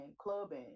clubbing